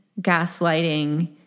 gaslighting